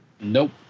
nope